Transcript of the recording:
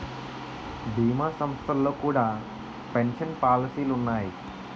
భీమా సంస్థల్లో కూడా పెన్షన్ పాలసీలు ఉన్నాయి